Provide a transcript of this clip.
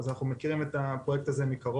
אז אנחנו מכירים את הפרויקט הזה מקרוב.